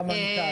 והמנכ"ל.